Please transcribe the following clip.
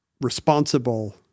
responsible